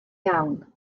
iawn